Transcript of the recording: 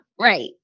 right